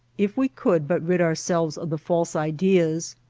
if we could but rid ourselves of the false ideas,